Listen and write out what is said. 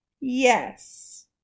Yes